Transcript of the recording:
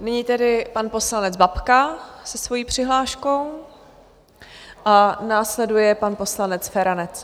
Nyní tedy pan poslanec Babka se svojí přihláškou a následuje pan poslanec Feranec.